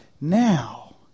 Now